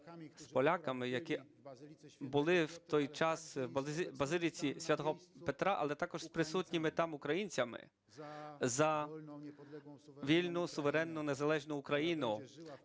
які були в той час у Базилиці Святого Петра, але також з присутніми там українцями за вільну, суверенну, незалежну Україну,